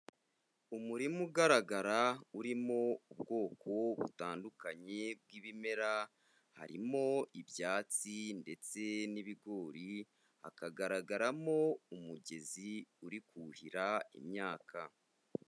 Umurima ugaragara urimo ubwoko butandukanye bw'ibimera, harimo ibyatsi ndetse n'ibigori hakagaragaramo umugezi uri kuhira imyaka.